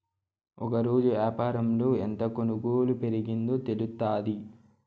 ఒకరోజు యాపారంలో ఎంత కొనుగోలు పెరిగిందో తెలుత్తాది